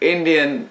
Indian